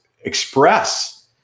express